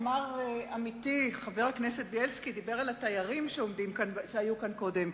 עמיתי חבר הכנסת בילסקי דיבר על התיירים שהיו כאן קודם.